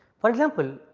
for example,